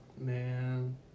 Man